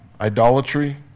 Idolatry